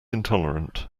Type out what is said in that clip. intolerant